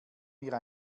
mir